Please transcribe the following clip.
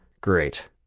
Great